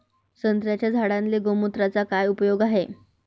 संत्र्याच्या झाडांले गोमूत्राचा काय उपयोग हाये?